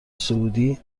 سعودی